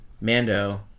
Mando